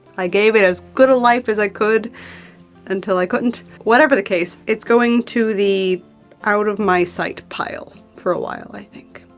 i gave it as good a life as i could until i couldn't. whatever the case, it's going to the out of my sight pile for a while, i think.